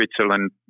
Switzerland